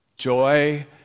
Joy